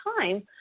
time